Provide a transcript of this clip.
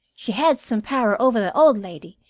she had some power over the old lady,